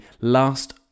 last